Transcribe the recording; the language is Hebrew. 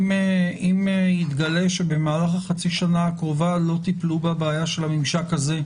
אם יתגלה שבמהלך חצי השנה הקרובה לא טיפלו בבעיה של הממשק הזה,